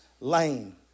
lame